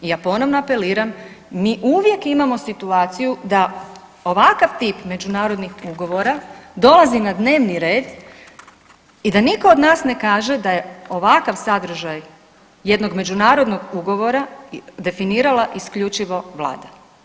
I ja ponovno apeliram, mi uvijek imamo situaciju da ovakav tip međunarodnih ugovora dolazi na dnevni red i da nitko od nas ne kaže da je ovakav sadržaj jednog međunarodnog ugovora definirala isključivo Vlada.